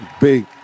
Big